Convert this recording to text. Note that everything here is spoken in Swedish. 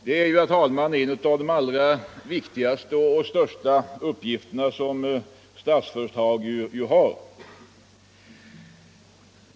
Det är ju, herr talman, en av de allra viktigaste och största uppgifterna som Statsföretag har.